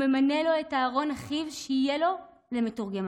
הוא ממנה לו את אהרן אחיו שיהיה לו למתורגמן.